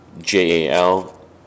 JAL